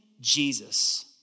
Jesus